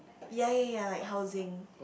ya ya ya like housing